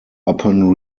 upon